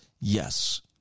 yes